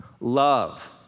love